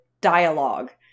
dialogue